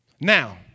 Now